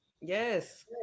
Yes